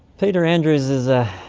peter andrews is a.